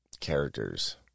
characters